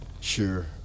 Sure